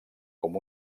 com